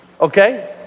Okay